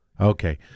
Okay